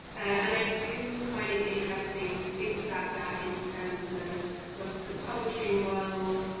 and i do find it interesting to think about that in terms of both the publishing world,